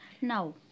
now